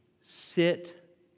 sit